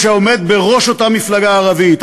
כשהעומד בראש אותה מפלגה ערבית,